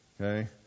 Okay